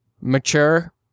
mature